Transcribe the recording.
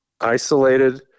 isolated